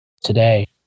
Today